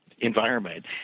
environment